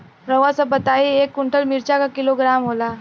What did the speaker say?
रउआ सभ बताई एक कुन्टल मिर्चा क किलोग्राम होला?